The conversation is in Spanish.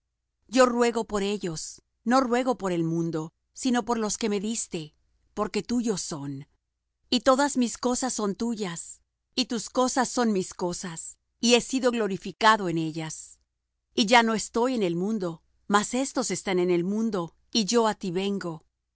yo ruego por ellos no ruego por el mundo sino por los que me diste porque tuyos son y todas mis cosas son tus cosas y tus cosas son mis cosas y he sido glorificado en ellas y ya no estoy en el mundo mas éstos están en el mundo y yo á ti vengo